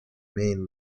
main